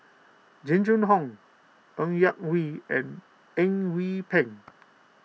Jing Jun Hong Ng Yak Whee and Eng Yee Peng